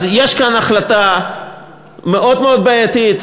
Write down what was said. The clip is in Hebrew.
יש פה החלטה מאוד בעייתית,